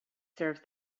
serves